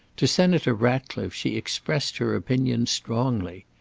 to senator ratcliffe she expressed her opinions strongly.